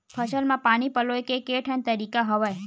फसल म पानी पलोय के केठन तरीका हवय?